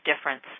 difference